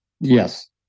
Yes